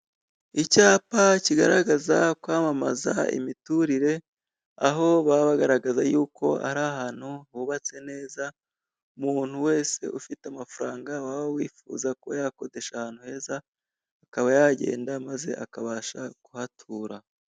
Icyapa kigaragaza kwamamaza imiturire, aho baba bagaragaza yuko ari ahantu hubatse neza, umuntu wese ufite amafaranga waba wifuza kuba yakodesha ahantu heza, akaba yagenda maze akabasha kuhatura.